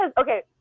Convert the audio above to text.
okay